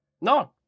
no